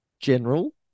general